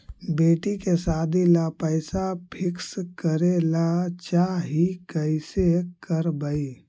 बेटि के सादी ल पैसा फिक्स करे ल चाह ही कैसे करबइ?